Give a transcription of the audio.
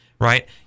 right